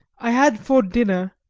i had for dinner,